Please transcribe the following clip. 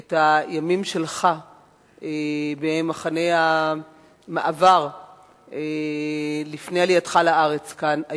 את הימים שלך במחנה המעבר לפני עלייתך לארץ כאן,